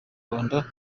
rwanda